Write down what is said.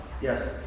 Yes